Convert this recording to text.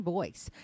Voice